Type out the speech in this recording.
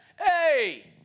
hey